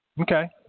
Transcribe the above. Okay